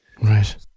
Right